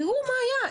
תראו מה היה.